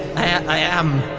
i am!